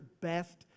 best